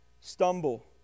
stumble